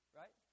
right